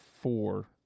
four